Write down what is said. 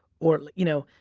or you know,